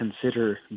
consider